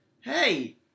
hey